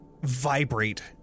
vibrate